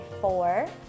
four